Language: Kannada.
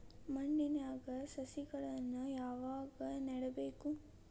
ಮಣ್ಣಿನ್ಯಾಗ್ ಸಸಿಗಳನ್ನ ಯಾವಾಗ ನೆಡಬೇಕು?